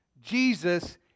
Jesus